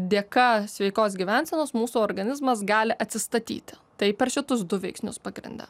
dėka sveikos gyvensenos mūsų organizmas gali atsistatyti tai per šitus du veiksnius pagrinde